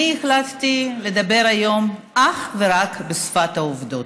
אני החלטתי לדבר היום אך ורק בשפת העובדות,